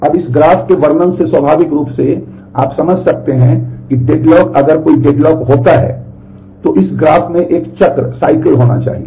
अब इस ग्राफ के वर्णन से स्वाभाविक रूप से आप समझ सकते हैं कि डेडलॉक होना चाहिए